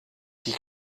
die